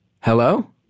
Hello